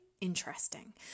interesting